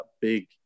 big